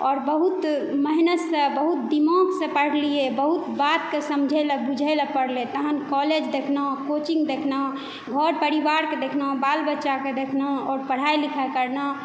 आओर बहुत मेहनतसँ बहुत दिमागसँ पढ़लियै बहुत बातके समझय लए बुझय लए परलै तहन कॉलेज देखलहुँ कोचिंग देखलहुँ घर परिवारक देखलहुँ बाल बच्चाक देखलहुँ आओर पढ़ाई लिखाई करलहुँ